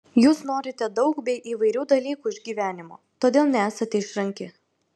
jūs norite daug bei įvairių dalykų iš gyvenimo todėl nesate išranki